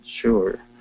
sure